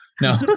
No